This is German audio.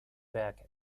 werk